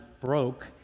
broke